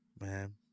man